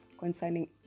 Concerning